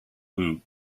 woot